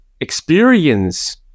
experience